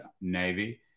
Navy